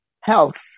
health